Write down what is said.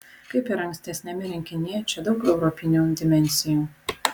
kaip ir ankstesniame rinkinyje čia daug europinių dimensijų